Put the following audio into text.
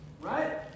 Right